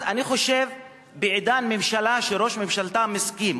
אז אני חושב שבעידן של ממשלה שראש ממשלתה מסכים